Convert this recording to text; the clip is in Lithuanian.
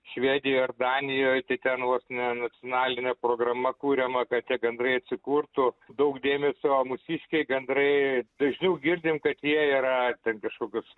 švedijoj ar danijoj tai ten vos ne nacionalinė programa kuriama kad tie gandrai atsikurtų daug dėmesio mūsiškiai gandrai dažniau girdim kad jie yra ten kažkokius